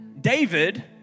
David